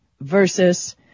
versus